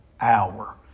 hour